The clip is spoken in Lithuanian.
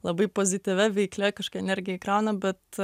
labai pozityvia veiklia kažkokia energija įkrauna bet